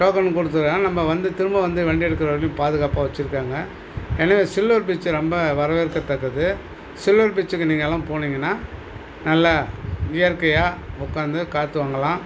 token கொடுத்தர்றாங்க நம்ம வந்து திரும்ப வந்து வண்டி எடுக்கிற வரையிலும் பாதுகாப்பாக வச்சுருக்காங்க எனவே சில்வர் பீச் ரொம்ப வரவேற்க தக்கது சில்வர் பீச்க்கு நீங்களாம் போனிங்கன்னா நல்லா இயற்கையாக உட்காந்து காற்று வாங்கலாம்